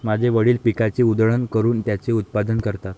माझे वडील पिकाची उधळण करून त्याचे उत्पादन करतात